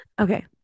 Okay